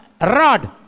rod